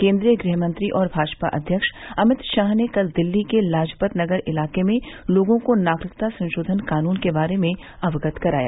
केन्द्रीय गृह मंत्री और भाजपा अध्यक्ष अमित शाह ने कल दिल्ली के लाजपत नगर इलाके में लोगों को नागरिकता संशोधन कानून के बारे में अवगत कराया